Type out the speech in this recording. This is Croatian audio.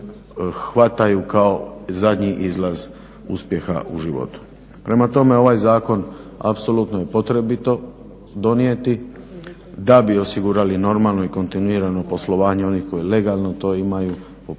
hvataju kao zadnji izlaz uspjeha u životu. Prema tome, ovaj zakon apsolutno je potrebito donijeti da bi osigurali normalnu i kontinuirano poslovanje onih koji legalno to imaju